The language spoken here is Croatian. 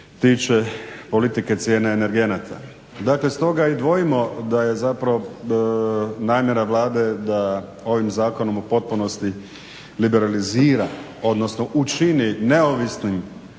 tiče politike cijene energenata. Dakle stoga i dvojimo da je zapravo namjera Vlade da ovim zakonom u potpunosti liberalizira odnosno učini neovisnim